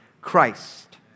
Christ